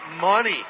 money